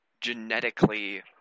genetically